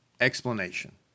explanation